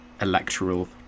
electoral